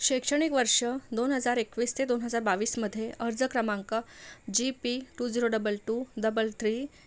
शैक्षणिक वर्ष दोन हजार एकवीस ते दोन हजार बावीसमध्ये अर्ज क्रमांक G P two zero double two double three